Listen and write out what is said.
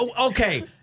Okay